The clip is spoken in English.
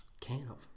camp